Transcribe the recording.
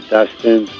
Dustin